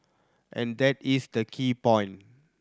and that is the key point